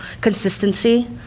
consistency